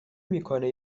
میکنه